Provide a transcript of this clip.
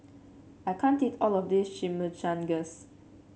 I can't eat all of this Chimichangas